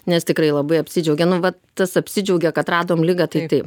nes tikrai labai apsidžiaugė nu va tas apsidžiaugė kad radom ligą tai taip